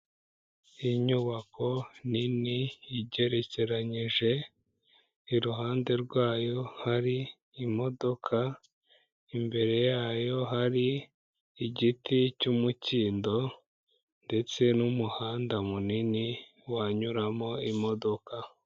Inyubako nini igerekeranyije, iruhande rwayo hari imodoka, imbere yayo hari igiti cy'umukindo ndetse n'umuhanda munini wanyuramo imodoka.